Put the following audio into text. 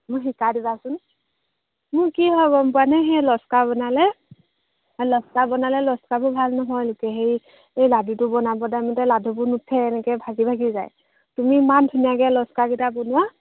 মোক শিকাই দিবাচোন মোৰ কি হয় গম পোৱানে সেই লচকৰা বনালে লচকৰা বনালে লচকৰা ভাল নহয় নুঠে সেই এই লাডুটো বনাব টাইমতে লাডুবোৰ নুঠে এনেকৈ ভাগি ভাগি যায় তুমি ইমান ধুনীয়াকৈ লচকৰাকেইটা বনোৱা